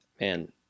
man